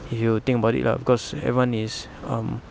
if you think about it lah because everyone is um